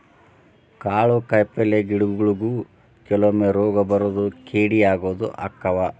ಕಾಳು ಕಾಯಿಪಲ್ಲೆ ಗಿಡಗೊಳಿಗು ಕೆಲವೊಮ್ಮೆ ರೋಗಾ ಬರುದು ಕೇಡಿ ಆಗುದು ಅಕ್ಕಾವ